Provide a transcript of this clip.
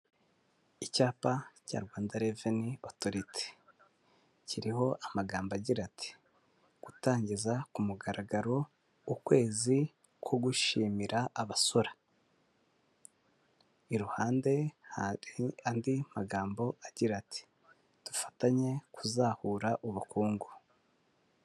Icyapa cya Rwanda reveni otoriti, kiriho amagambo agira ati "gutangiza ku mugaragaro ukwezi ko gushimira abasora." Iruhande hari andi magambo agira ati" dufatanye kuzahura ubukungu".